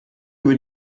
über